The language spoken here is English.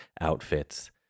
outfits